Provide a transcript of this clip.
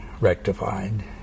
rectified